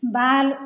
बाल